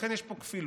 ולכן יש פה כפילות.